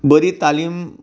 बरी तालिम